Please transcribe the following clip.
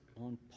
on